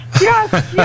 Yes